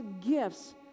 gifts